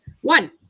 One